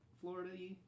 Florida